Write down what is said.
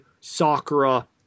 Sakura